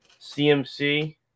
CMC